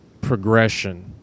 progression